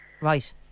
Right